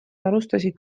alustasid